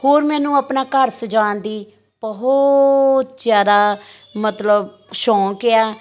ਹੋਰ ਮੈਨੂੰ ਆਪਣਾ ਘਰ ਸਜਾਉਣ ਦੀ ਬਹੁਤ ਜ਼ਿਆਦਾ ਮਤਲਬ ਸ਼ੌਂਕ ਆ